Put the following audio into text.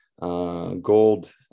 gold